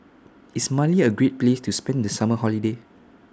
IS Mali A Great Place to spend The Summer Holiday